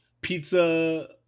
pizza